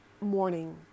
morning